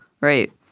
right